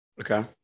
Okay